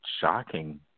shocking